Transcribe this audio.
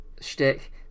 shtick